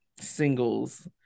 singles